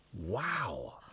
Wow